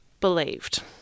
believed